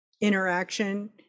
interaction